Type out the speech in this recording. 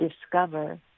discover